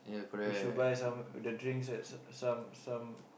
we should buy some the drinks at some some